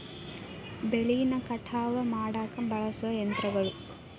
ಬೆಳಿನ ಕಟಾವ ಮಾಡಾಕ ಬಳಸು ಯಂತ್ರಗಳು